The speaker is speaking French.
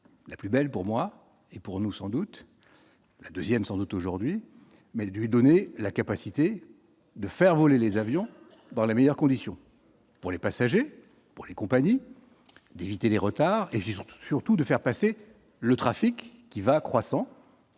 la plus belle pour moi et pour nous, sans doute la 2ème sans doute aujourd'hui mais lui donner la capacité de faire voler les avions dans les meilleures conditions pour les passagers pour les compagnies d'éviter les retards et j'surtout, surtout, de faire passer le trafic qui va croissant,